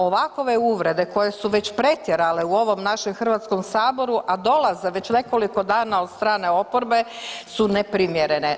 Ovakove uvrede koje su već pretjerale u ovom našom Hrvatskom saboru, a dolaze već nekoliko dana od strane oporbe su neprimjerene.